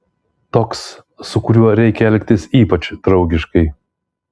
toks su kuriuo reikia elgtis ypač draugiškai